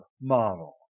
model